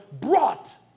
brought